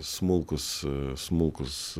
smulkus smulkus